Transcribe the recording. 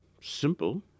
simple